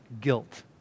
guilt